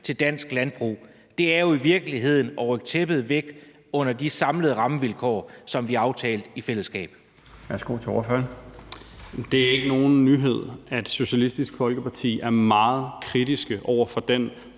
til dansk landbrug. Det er jo i virkeligheden at rykke tæppet væk under de samlede rammevilkår, som vi aftalte i fællesskab.